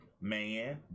man